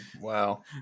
Wow